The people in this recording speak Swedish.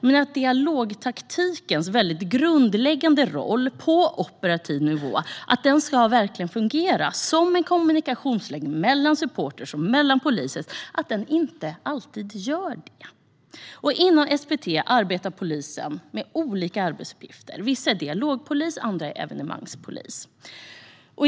Dock har dialogtaktikens grundläggande roll på operativ nivå, alltså kommunikationslänken mellan supportrar och polis, inte alltid fungerat. Inom SPT arbetar poliser med olika arbetsuppgifter. Vissa är dialogpoliser, andra evenemangspoliser.